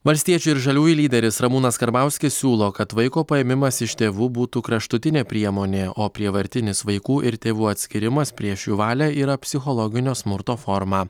valstiečių ir žaliųjų lyderis ramūnas karbauskis siūlo kad vaiko paėmimas iš tėvų būtų kraštutinė priemonė o prievartinis vaikų ir tėvų atskyrimas prieš jų valią yra psichologinio smurto forma